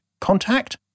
contact